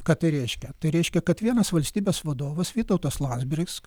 ką tai reiškia tai reiškia kad vienas valstybės vadovas vytautas landsbergis